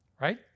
right